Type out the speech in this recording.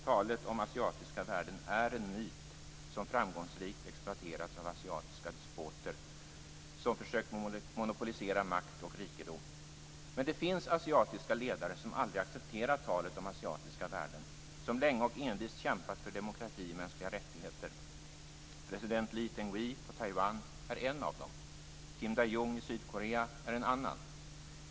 Talet om asiatiska värden är en myt som framgångsrikt exploaterats av asiatiska despoter, som sökt monopolisera makt och rikedom. Men det finns asiatiska ledare som aldrig accepterat talet om asiatiska värden, som länge och envist kämpat för demokrati och mänskliga rättigheter. President Lee Teng-hui på Taiwan är en av dem. Kim Dae Jung i Sydkorea är en annan.